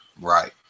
Right